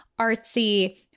artsy